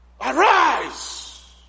arise